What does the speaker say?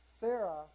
Sarah